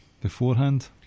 beforehand